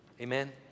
Amen